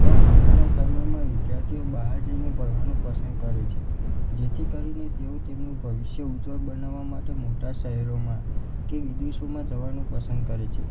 પણ હમણાંના સમયમાં વિધાર્થીઓ બહાર જઈને ભણવાનું પસંદ કરે છે જેથી કરીને તેઓ તેમનું ભવિષ્ય ઉજ્જવળ બનાવવા માટે મોટા શહેરોમાં કે વિદેશોમાં જવાનું પસંદ કરે છે